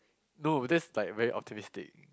no that's like very optimistic